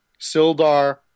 Sildar